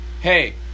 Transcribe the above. hey